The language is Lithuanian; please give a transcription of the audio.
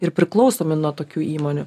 ir priklausomi nuo tokių įmonių